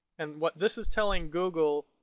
and what this is telling google,